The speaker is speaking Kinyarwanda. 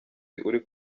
uri